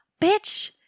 bitch